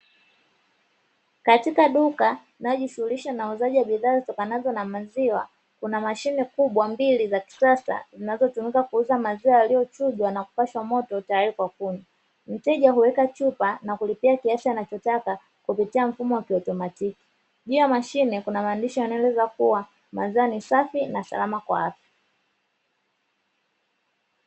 Katika duka linalojishughulisha na uuzaji wa bidhaa zitokanazo na maziwa, kuna mashine kubwa mbili za kisasa, zinazotumika kuuza maziwa yaliyochujwa na kupashwa moto tayari kwa kunywa. Mteja huweka chupa na kulipia kiasi anachotaka kupitia mfumo wa kiautomatiki. Juu ya mashine kuna maandishi yanayoeleza kuwa maziwa ni safi na salama kwa afya.